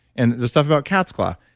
and the stuff about cat's claw,